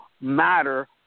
matter